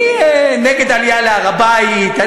אני נגד עלייה להר-הבית,